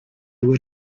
were